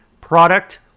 product